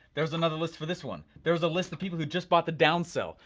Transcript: there was another list for this one. there was a list of people who just bought the down sell.